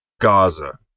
Gaza